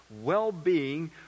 well-being